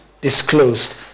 disclosed